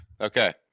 okay